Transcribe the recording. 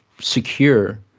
secure